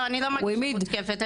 אני לא מרגישה מותקפת,